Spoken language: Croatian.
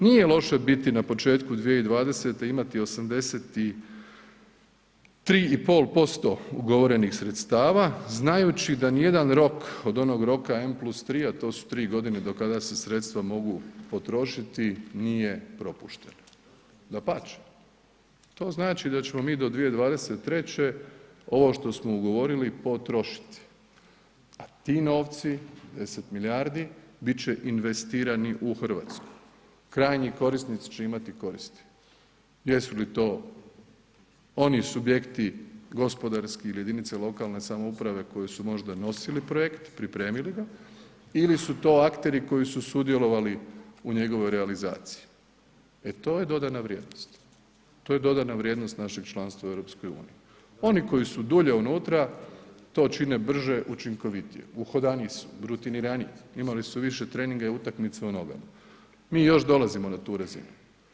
Nije loše biti na početku 2020. i imati 83,5% ugovorenih sredstava znajući da nijedan rok od onog roka M+3, a to su 3.g. do kada se sredstva mogu potrošiti, nije propušten, dapače to znači da ćemo mi do 2023. ovo što smo ugovorili, potrošiti, a ti novci, 10 milijardi bit će investirani u RH, krajnji korisnici će imati koristi, jesu li to oni subjekti gospodarski ili jedinice lokalne samouprave koje su možda nosili projekt, pripremili ga ili su to akteri koji su sudjelovali u njegovoj realizaciji, e to je dodana vrijednost, to je dodana vrijednost našeg članstva u EU, oni koji su dulje unutra to čine brže, učinkovitije, uhodaniji su, brutiniraniji, imali su više treninga i utakmica u nogama, mi još dolazimo na tu razinu.